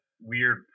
weird